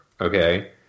Okay